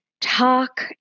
talk